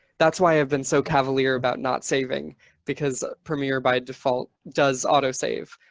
that's why i've been so cavalier about not saving because premier by default does auto save.